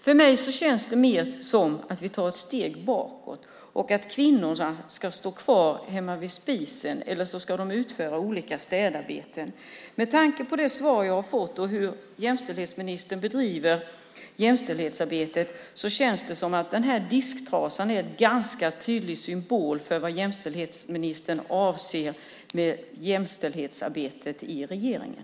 För mig känns det mer som att vi tar ett steg bakåt och att kvinnorna ska stå kvar hemma vid spisen, eller så ska de utföra olika städarbeten. Med tanke på det svar jag har fått och hur jämställdhetsministern bedriver jämställdhetsarbetet känns det som att denna disktrasa som jag har i handen är en ganska tydlig symbol för vad jämställdhetsministern avser med jämställdhetsarbetet i regeringen.